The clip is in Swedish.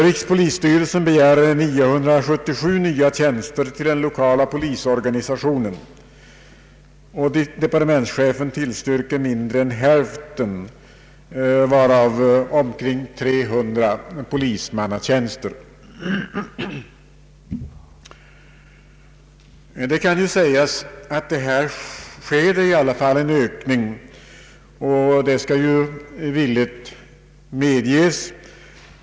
Rikspolisstyrelsen begärde 977 nya tjänster för den lokala polisorganisationen, och departementschefen har stannat för mindre än hälften, varav omkring 300 polismannatjänster. Nu kan det visserligen sägas att en ökning i alla fall äger rum jämfört med det antal tjänster som finns i dag — och det skall villigt medges.